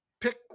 pick